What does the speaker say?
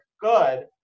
good